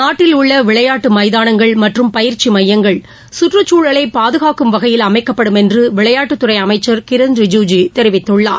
நாட்டில் உள்ளவிளையாட்டுமைதானங்கள் மற்றும் பயிற்சிமையங்கள் கற்றுச்சூழலைபாதுகாக்கும் வகையில் அமைக்கப்படும் என்றுவிளையாட்டுத்துறைஅமைச்சர் கிரண் ரிஜூஸ்ஜூ தெரிவித்துள்ளார்